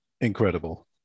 incredible